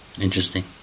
interesting